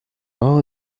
all